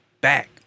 back